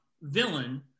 villain